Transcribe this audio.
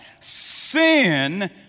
sin